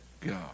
God